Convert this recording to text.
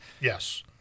Yes